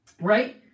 right